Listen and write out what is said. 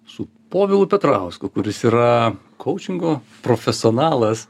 su povilu petrausku kuris yra koučingo profesionalas